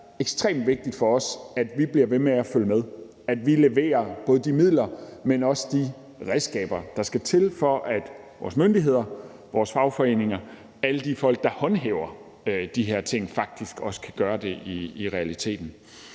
det er ekstremt vigtigt for os, at vi bliver ved med at følge med, at vi leverer både de midler, men også de redskaber, der skal til, for at vores myndigheder, vores fagforeninger, alle de folk, der håndhæver de her ting, faktisk også kan gøre det i realiteten.